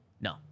No